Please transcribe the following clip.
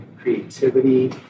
creativity